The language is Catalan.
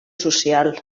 social